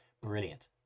brilliant